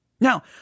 Now